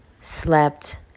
slept